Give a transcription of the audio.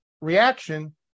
reaction